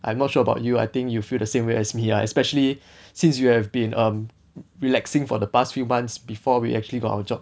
I am not sure about you I think you feel the same way as me lah especially since you have been um relaxing for the past few months before we actually got our job